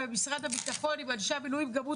אז באמת בתיאום עם ממשל זמין, מה אפשר, איפה אפשר.